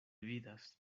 vidas